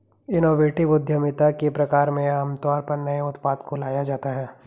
innovative उद्यमिता के प्रकार में आमतौर पर नए उत्पाद को लाया जाता है